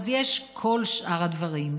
אז יש כל שאר הדברים.